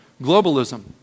globalism